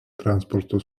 transporto